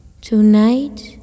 tonight